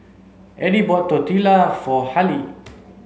Eddy bought Tortilla for Haleigh